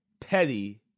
petty